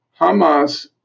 Hamas